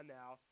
now